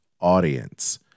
audience